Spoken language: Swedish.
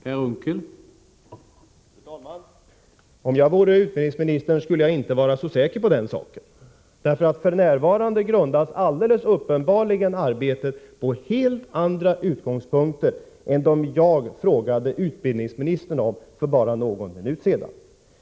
Herr talman! Om jag vore utbildningsminister skulle jag inte vara så säker på den saken. F.n. grundas alldeles uppenbarligen arbetet på helt andra utgångspunkter än dem jag frågade utbildningsministern om för bara någon minut sedan.